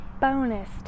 bonus